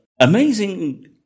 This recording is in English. Amazing